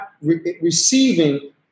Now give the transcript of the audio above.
receiving